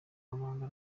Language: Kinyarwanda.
banga